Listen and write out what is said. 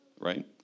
right